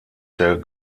der